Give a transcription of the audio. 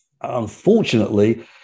Unfortunately